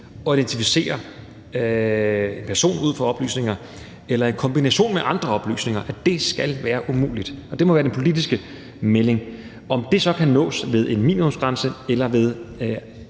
at identificere en person ud fra nogle oplysninger eller i kombination med andre oplysninger. Det skal være umuligt. Det må være den politiske melding. Om det så kan nås ved en minimumsgrænse eller ved